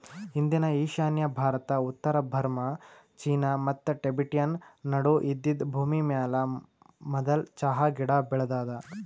ಇಂದಿನ ಈಶಾನ್ಯ ಭಾರತ, ಉತ್ತರ ಬರ್ಮಾ, ಚೀನಾ ಮತ್ತ ಟಿಬೆಟನ್ ನಡು ಇದ್ದಿದ್ ಭೂಮಿಮ್ಯಾಲ ಮದುಲ್ ಚಹಾ ಗಿಡ ಬೆಳದಾದ